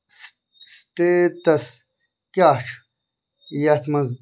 status کیٛاہ چھُ یَتھ منٛز